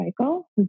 cycle